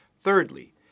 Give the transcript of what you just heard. Thirdly